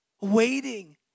Waiting